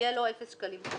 יהיה לו אפס שקלים חדשים.